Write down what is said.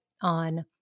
on